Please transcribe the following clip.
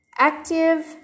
Active